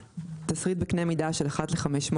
(1)תשריט בקנה מידה של 1:500,